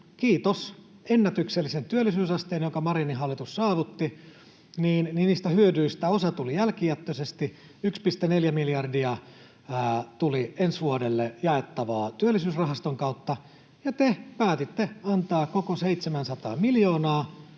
kiitos ennätyksellisen työllisyysasteen, jonka Marinin hallitus saavutti, niistä hyödyistä osa tuli jälkijättöisesti. 1,4 miljardia tuli ensi vuodelle jaettavaa Työllisyysrahaston kautta, ja te päätitte antaa koko 700 miljoonaa